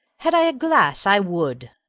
had i a glass i would.